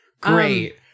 Great